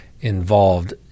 involved